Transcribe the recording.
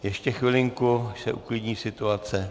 Ještě chvilinku, až se uklidní situace.